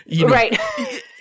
Right